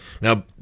Now